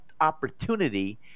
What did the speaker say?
opportunity